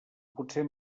potser